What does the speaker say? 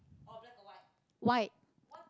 white